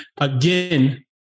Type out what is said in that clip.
again